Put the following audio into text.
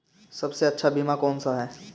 सबसे अच्छा बीमा कौनसा है?